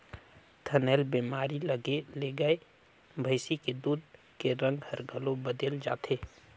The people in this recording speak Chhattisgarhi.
थनैल बेमारी लगे ले गाय भइसी के दूद के रंग हर घलो बदेल जाथे